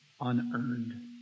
Unearned